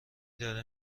داره